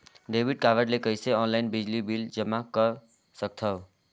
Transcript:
Debit card ले कइसे online बिजली बिल जमा कर सकथव?